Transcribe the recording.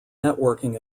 networking